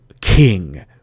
king